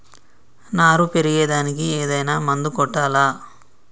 నారు పెరిగే దానికి ఏదైనా మందు కొట్టాలా?